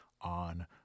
on